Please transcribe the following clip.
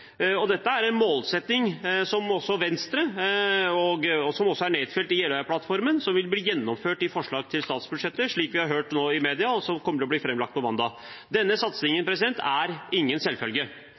1-prosentmålet. Dette er en målsetting som også er nedfelt i Jeløya-plattformen, og som vil bli gjennomført i forslaget til statsbudsjett – slik vi har hørt nå i media – som kommer til å bli framlagt på mandag. Denne satsingen